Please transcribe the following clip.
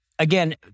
Again